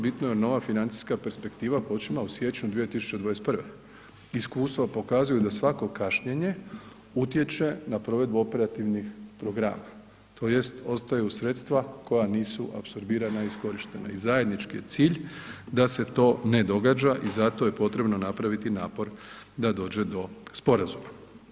Bitno je jer nova financijska perspektiva počima u siječnju 2021., iskustva pokazuju da svako kašnjenje utječe na provedbu operativnih programa tj. ostaju sredstva koja nisu apsorbirana i iskorištena i zajednički je cilj da se to ne događa i zato je potrebno napraviti napor da dođe do sporazuma.